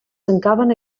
tancaven